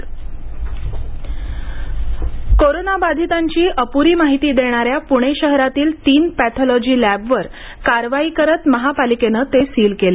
path lab कारवाई कोरोनाबाधितांची अपुरी माहिती देणाऱ्या पुणे शहरातील तीन पॅथॉलॉजी लॅबवर कारवाई करत महापालिकेने ते सील केले